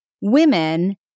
women